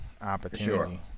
opportunity